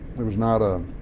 it was not a